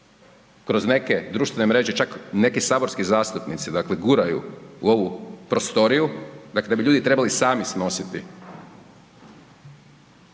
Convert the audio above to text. kroz neke društvene mreže, čak neki saborski zastupnici dakle guraju u ovu prostoriju, da bi ljudi trebali sami snositi